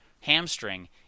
hamstring